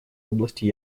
области